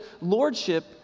lordship